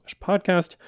podcast